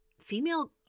female